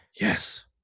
Yes